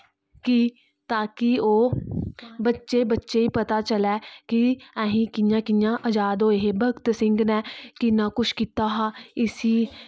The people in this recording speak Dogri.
कि ताकि ओह् बच्चे बच्चे गी पता चले कि असी कियां कि'यां आजाद होए ऐ भगत सिंह ने किन्ना कुछ की'ता हा इसी